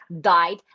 died